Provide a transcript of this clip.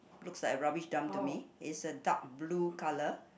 looks like a rubbish dump to me is a dark blue colour